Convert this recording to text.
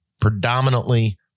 predominantly